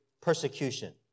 persecution